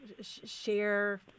share